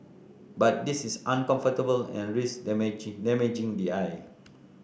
but this is uncomfortable and risks damage damaging the eye